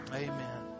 amen